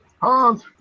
Hans